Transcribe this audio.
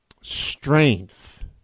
strength